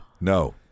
No